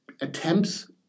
attempts